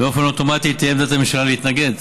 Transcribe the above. באופן אוטומטי תהיה עמדת הממשלה להתנגד.